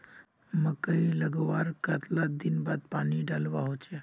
मकई लगवार कतला दिन बाद पानी डालुवा होचे?